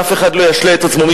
שאף אחד לא ישלה את עצמו.